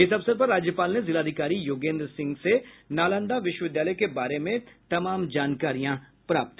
इस अवसर पर राज्यपाल ने जिलाधिकारी योगेन्द्र सिंह से नालंदा विश्वविद्यालय के बारे में भी जानकारी ली